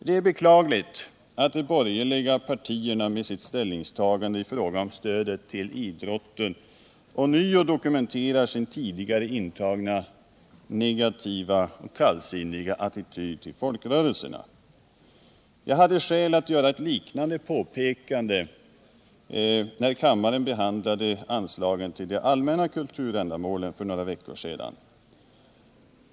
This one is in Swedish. Det är beklagligt att de borgerliga partierna med sitt ställningstagande i frågan om stödet till idrotten ånyo dokumenterar sin tidigare intagna negativa attityd till folkrörelserna. Jag hade skäl att göra ett liknande påpekande vid kammarens behandling av anslagen till allmänna kulturändamål för några veckor sedan.